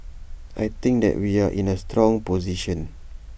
I think that we are in A strong position